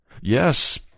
Yes